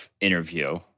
interview